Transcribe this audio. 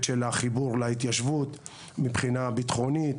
של החיבור להתיישבות מבינה ביטחונית.